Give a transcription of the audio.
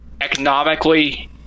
economically